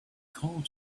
called